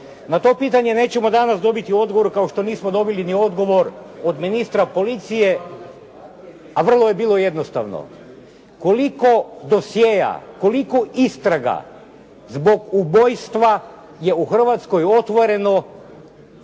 Na to pitanje nećemo danas dobiti odgovor kao što nismo dobili ni odgovor od ministra policije, a vrlo je bilo jednostavno. Koliko dosjea, koliko istraga zbog ubojstva je u Hrvatskoj otvoreno